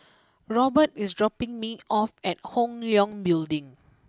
Robert is dropping me off at Hong Leong Building